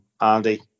Andy